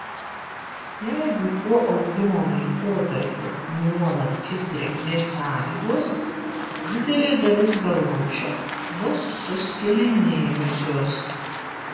jeigu šiuo augimo laikotarpiu nuolat kis drėgmės sąlygos didelė dalis galvučių bus suskilinėjusios